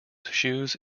shoes